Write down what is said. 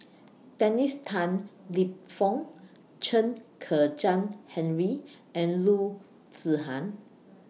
Dennis Tan Lip Fong Chen Kezhan Henri and Loo Zihan